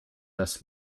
dass